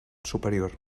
superior